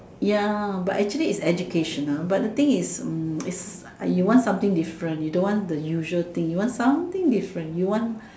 ya but actually is educational but the thing is mm is you want something different you don't want the usual thing you want something different you want